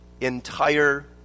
entire